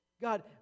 God